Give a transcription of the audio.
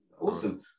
Awesome